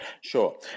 Sure